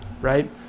right